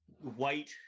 white